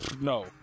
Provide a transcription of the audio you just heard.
no